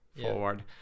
forward